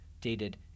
dated